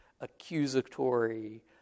accusatory